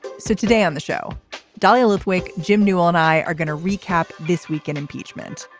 so today on the show dahlia lithwick jim newell and i are gonna recap this week in impeachment.